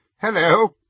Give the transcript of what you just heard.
Hello